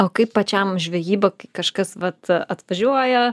o kaip pačiam žvejyba kai kažkas vat atvažiuoja